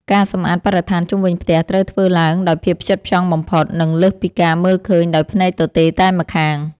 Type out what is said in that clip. ការសម្អាតបរិស្ថានជុំវិញផ្ទះត្រូវធ្វើឡើងដោយភាពផ្ចិតផ្ចង់បំផុត និងលើសពីការមើលឃើញដោយភ្នែកទទេតែម្ខាង។